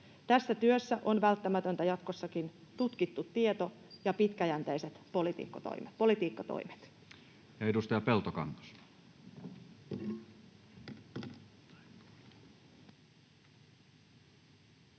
Tässä työssä on jatkossakin välttämätöntä tutkittu tieto ja pitkäjänteiset politiikkatoimet.